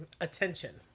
attention